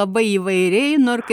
labai įvairiai nu ir kai